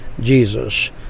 Jesus